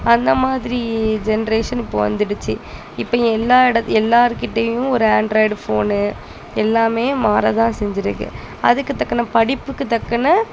அந்த மாதிரி ஜென்ட்ரேஷன் இப்போது வந்துடுச்சு இப்போ எல்லாம் எட எல்லாருக்கிட்டையும் ஒரு ஆன்ட்ராய்டு ஃபோனு எல்லாமே மாற தான் செஞ்சிருக்குது அதுக்கு தக்கன படிப்புக்கு தக்கன